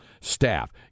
staff